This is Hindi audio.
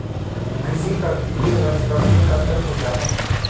कृषि का वित्तीय वर्ष कब से कब तक होता है?